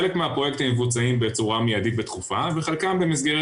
חלק מהפרויקטים מבוצעים בצורה מיידית ודחופה וחלקם במסגרת